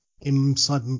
inside